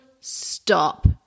stop